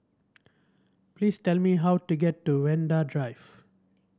please tell me how to get to Vanda Drive